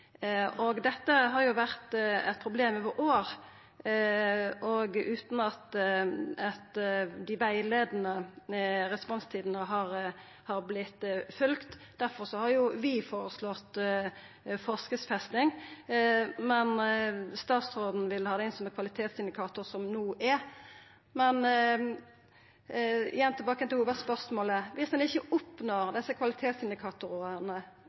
Dette har vore eit problem over år – og utan at dei rettleiande responstidene har vorte følgde. Difor har vi føreslått ei forskriftsfesting, men statsråden vil ha det inn som ein kvalitetsindikator, som no er. Men igjen tilbake til hovudspørsmålet: Viss ein ikkje oppnår desse kvalitetsindikatorane,